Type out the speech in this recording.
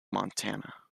montana